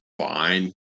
fine